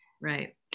Right